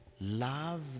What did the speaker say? love